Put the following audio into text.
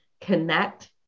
connect